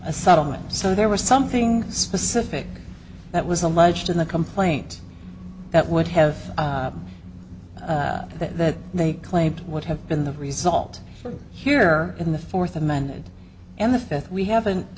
a settlement so there was something specific that was alleged in the complaint that would have that they claimed would have been the result here in the fourth amended and the fifth we haven't